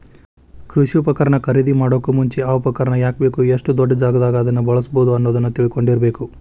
ಕೃಷಿ ಉಪಕರಣ ಖರೇದಿಮಾಡೋಕು ಮುಂಚೆ, ಆ ಉಪಕರಣ ಯಾಕ ಬೇಕು, ಎಷ್ಟು ದೊಡ್ಡಜಾಗಾದಾಗ ಅದನ್ನ ಬಳ್ಸಬೋದು ಅನ್ನೋದನ್ನ ತಿಳ್ಕೊಂಡಿರಬೇಕು